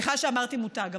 סליחה שאמרתי מותג.